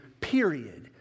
period